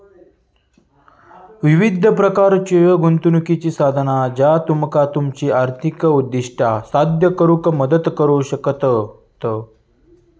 विविध प्रकारच्यो गुंतवणुकीची साधना ज्या तुमका तुमची आर्थिक उद्दिष्टा साध्य करुक मदत करू शकतत